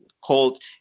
called